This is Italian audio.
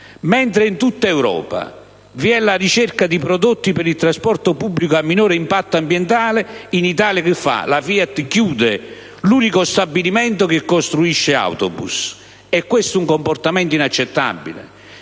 Mentre in tutta Europa vi è la ricerca di prodotti per il trasporto pubblico a minore impatto ambientale, in Italia la FIAT chiude l'unico stabilimento che costruisce autobus. È questo un comportamento inaccettabile.